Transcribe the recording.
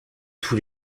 tous